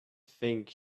think